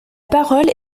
parole